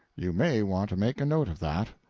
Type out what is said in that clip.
you may want to make a note of that.